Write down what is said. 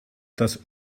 das